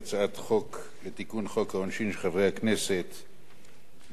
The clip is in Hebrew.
לתיקון חוק העונשין של חברי הכנסת נחמן שי,